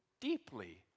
deeply